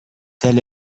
tel